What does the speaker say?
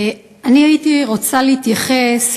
הייתי רוצה להתייחס,